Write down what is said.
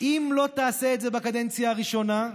"אם לא תעשה את זה בקדנציה הראשונה,